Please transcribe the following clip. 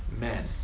men